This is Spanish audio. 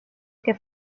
que